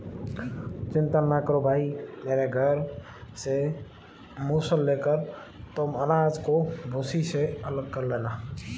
चिंता ना करो भाई मेरे घर से मूसल लेकर तुम अनाज को भूसी से अलग कर लेना